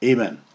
Amen